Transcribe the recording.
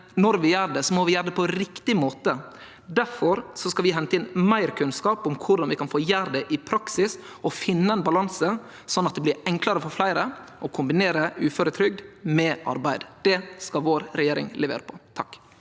når vi gjer det, må vi gjere det på riktig måte. Difor skal vi hente inn meir kunnskap om korleis vi kan gjere det i praksis, og finne ein balanse så det blir enklare for fleire å kombinere uføretrygd med arbeid. Det skal vår regjering levere på. Anna